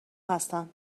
هستن